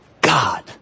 God